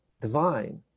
divine